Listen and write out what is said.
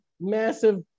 massive